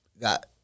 got